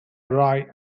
roy